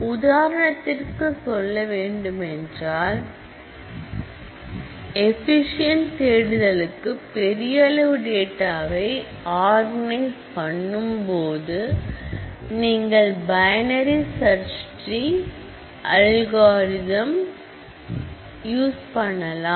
உதாரணத்திற்கு சொல்ல வேண்டுமென்றால் எஃபீஷியேன்ட் தேடுதலுக்கு பெரிய அளவு டேட்டாவை ஆர்கனிஸ் பண்ணும் போது நீங்கள் பயணரிசர்ச் ட்ரி அல்காரிதம் ஐ யூஸ் பண்ணலாம்